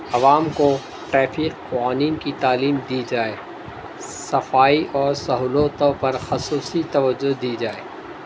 عوام کو ٹریفق قوانین کی تعلیم دی جائے صفائی اور سہولتوں پر خصوصی توجہ دی جائے